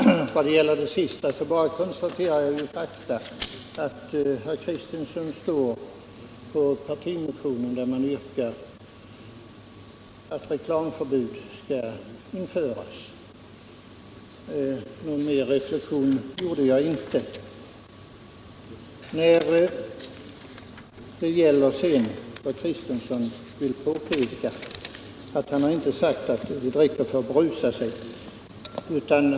Herr talman! Vad beträffar det herr Kristenson senast sade konstaterar jag det faktum att han står bakom partimotionen, där det yrkas att reklamförbud skall införas. Någon annan reflexion gjorde jag inte. Herr Kristenson påpekade sedan att han inte sagt att man dricker för att berusa sig.